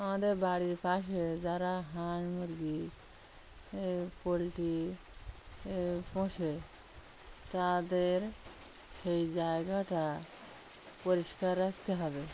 আমাদের বাড়ির পাশে যারা হাঁড় মুরগি পোলট্রি পোষে তাদের সেই জায়গাটা পরিষ্কার রাখতে হবে